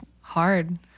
hard